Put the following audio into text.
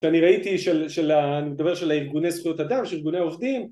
שאני ראיתי, אני מדבר של ארגוני זכויות אדם של ארגוני עובדים